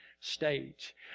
stage